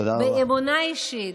באמונה אישית,